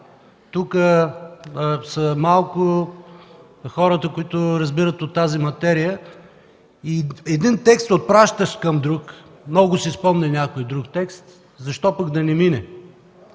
тук са малко хората, които разбират от тази материя, и един текст да отпращаш към друг – много си спомня някой друг текста, защо пък да не мине.